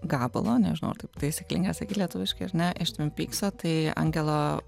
gabalo nežinau ar taip taisyklinga sakyt lietuviškai ar ne iš tvin pykso tai angelo